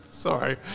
Sorry